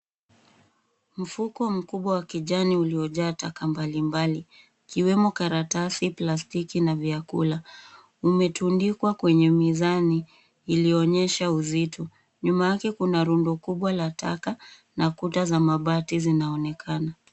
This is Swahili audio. Mfuko mkubwa wa kijani uliojaa taka mbalimbali, ikiwemo karatasi ,plastiki, na vyakula, umetundikwa kwenye mizani, iliyoonyesha uzito. Nyuma yake Kuna rundo kubwa la taka na Kuta za mabati zinaonekana.